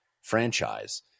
franchise